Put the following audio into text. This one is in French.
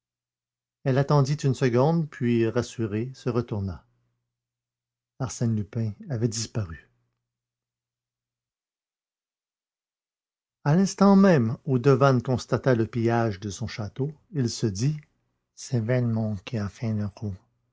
elle attendit une seconde puis rassurée se retourna arsène lupin avait disparu à l'instant même où devanne constata le pillage de son château il se dit c'est velmont qui a fait le coup